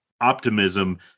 optimism